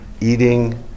eating